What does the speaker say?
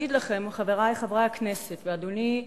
חברי חברי הכנסת, אדוני היושב-ראש,